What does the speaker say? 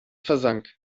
versank